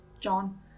John